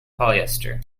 polyester